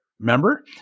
remember